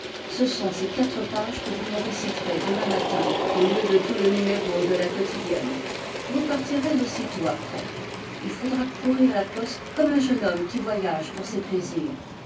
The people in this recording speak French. ce sont ces quatre pages que vous me réciterez demain matin au lieu de tout le numéro de la quotidienne vous partirez aussitôt après il faudra courir la poste comme un jeune homme qui voyage pour ses plaisirs